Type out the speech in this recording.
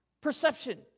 perception